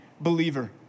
believer